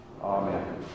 Amen